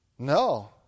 No